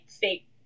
fake